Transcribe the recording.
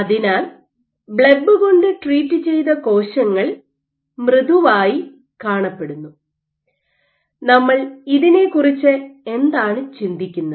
അതിനാൽ ബ്ലെബ് കൊണ്ട് ട്രീറ്റ് ചെയ്ത കോശങ്ങൾ മൃദുവായി കാണപ്പെടുന്നു നമ്മൾ ഇതിനെക്കുറിച്ച് എന്താണ് ചിന്തിക്കുന്നത്